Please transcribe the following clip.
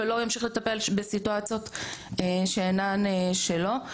ולא ימשיך לטפל בסיטואציות שאינן שלו.